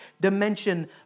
dimension